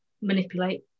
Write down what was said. manipulate